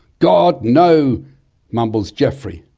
god no mumbles geoffrey,